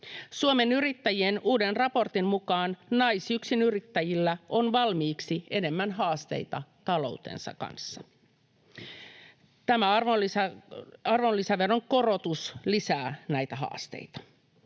Suomen Yrittäjien uuden raportin mukaan naisyksinyrittäjillä on valmiiksi enemmän haasteita taloutensa kanssa. Tämä arvonlisäveron korotus lisää näitä haasteita.